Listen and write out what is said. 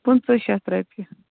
پٕنٛژٕ شَتھ رۄپیہِ